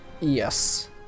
Yes